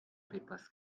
papers